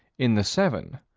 in the seven,